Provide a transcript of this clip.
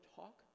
talk